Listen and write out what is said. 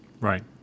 Right